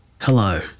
Hello